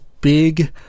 big